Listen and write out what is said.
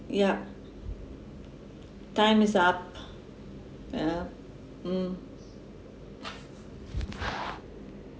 yup time is up yeah mm